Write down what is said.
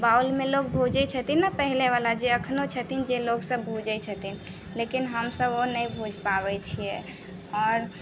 बाउल मे लोग भूजै छथिन ने पहिले बला जे अखनो छथिन जे लोग सब भूजै छथिन लेकिन हम सब ओ नहि भूजि पाबै छियै आओर